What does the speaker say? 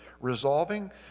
resolving